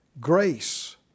Grace